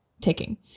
taking